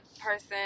person